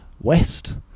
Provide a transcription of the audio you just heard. west